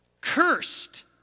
Cursed